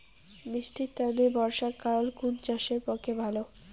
বৃষ্টির তানে বর্ষাকাল কুন চাষের পক্ষে ভালো?